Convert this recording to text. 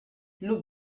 look